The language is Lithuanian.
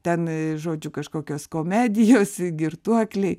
ten žodžiu kažkokios komedijos girtuokliai